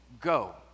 go